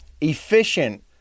efficient